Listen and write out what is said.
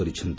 କରିଛନ୍ତି